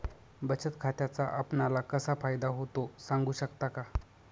बचत खात्याचा आपणाला कसा फायदा होतो? सांगू शकता का?